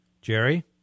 Jerry